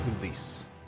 release